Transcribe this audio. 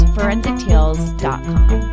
ForensicTales.com